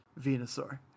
Venusaur